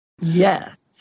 Yes